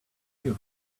you